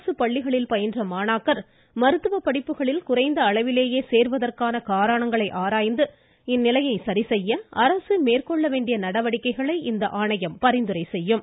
அரசுப்பள்ளிகளில் பயின்ற மாணாக்கர் மருத்துவப் படிப்புகளில் குறைந்த அளவிலேயே சேர்வதற்கான காரணங்களை ஆராய்ந்து இந்நிலையை சரிசெய்ய அரசு மேற்கொள்ள வேண்டிய நடவடிக்கைகளை இந்த ஆணையம் பரிந்துரை செய்யும் என்றார்